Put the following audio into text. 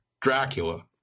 Dracula